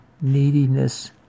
neediness